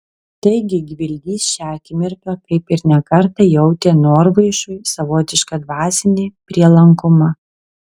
taigi gvildys šią akimirką kaip ir ne kartą jautė norvaišui savotišką dvasinį prielankumą